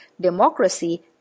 democracy